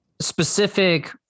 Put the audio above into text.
specific